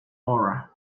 aura